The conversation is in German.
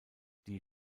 die